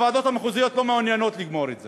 הוועדות המחוזיות לא מעוניינות לגמור את זה,